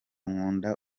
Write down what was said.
nkunda